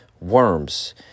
worms